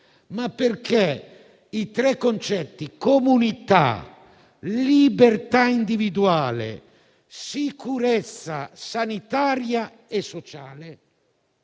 ma perché i tre concetti di comunità, libertà individuale e sicurezza sanitaria e sociale